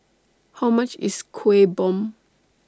How much IS Kuih Bom